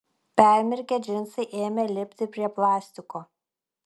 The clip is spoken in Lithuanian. permirkę džinsai ėmė lipti prie plastiko